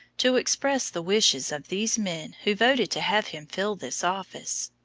to express the wishes of these men who voted to have him fill this office.